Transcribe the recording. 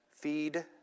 feed